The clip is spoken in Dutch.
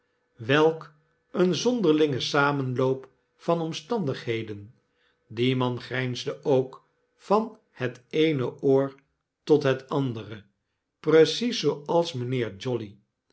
welk een zonderlinge samenloop van omstandigheden die man grijnsde ook van het eene oor tot het andere precies zooals mynheer jolly